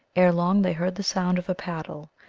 erelong they heard the sound of a paddle,